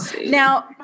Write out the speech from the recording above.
Now